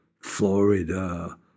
Florida